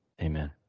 Amen